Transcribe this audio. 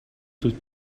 суть